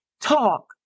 talk